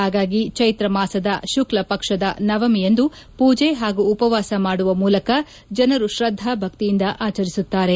ಹಾಗಾಗಿ ಚೈತ್ರಮಾಸದ ಶುಕ್ಷ ಪಕ್ಷದ ನವಮಿಯಂದು ಪೂಜೆ ಪಾಗೂ ಉಪವಾಸ ಮಾಡುವ ಮೂಲಕ ಜನರು ಶ್ರದ್ಧಾ ಭಕ್ತಿಯಿಂದ ಆಚರಿಸುತ್ತಾರೆ